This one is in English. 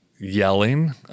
yelling